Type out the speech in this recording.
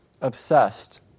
obsessed